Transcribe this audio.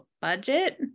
budget